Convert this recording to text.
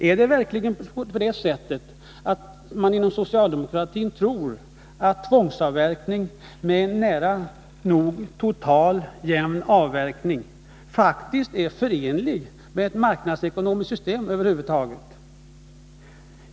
Är det verkligen så att man inom socialdemokratin tror att tvångsavverkning med nära nog total, jämn avverkning faktiskt är förenlig med ett marknadsekonomiskt system över huvud taget?